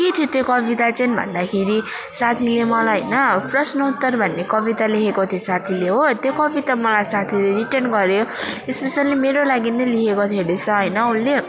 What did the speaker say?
के थियो त्यो कविता चाहिँ भन्दाखेरि साथीले मलाई होइन प्रश्नोत्तर भन्ने कविता लेखेको थियो साथीले हो अनि त्यो कविता साथीले मलाई रिटर्न गर्यो स्पेसियली मेरो लागि नै लेखेको थियो रहेछ होइन उसले